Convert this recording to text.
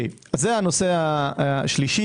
זה הנושא השלישי.